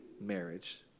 marriage